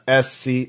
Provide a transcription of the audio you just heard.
sc